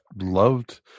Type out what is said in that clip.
loved